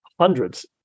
hundreds